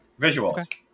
Visuals